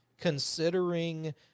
considering